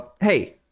hey